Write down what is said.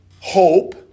hope